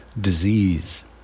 disease